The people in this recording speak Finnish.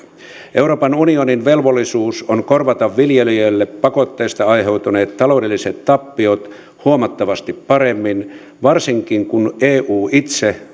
euroopan unionin velvollisuus on korvata viljelijöille pakotteista aiheutuneet taloudelliset tappiot huomattavasti paremmin varsinkin kun eu itse